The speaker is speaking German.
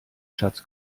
schatz